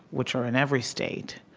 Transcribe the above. which are in every state,